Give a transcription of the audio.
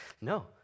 No